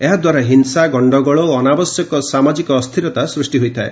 ଏହାଦ୍ୱାରା ହିଂସା ଗଣ୍ଡଗୋଳ ଓ ଅନାବଶ୍ୟକ ସାମାଜିକ ଅସ୍ଥିରତା ସୃଷ୍ଟି ହୋଇଥାଏ